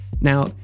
Now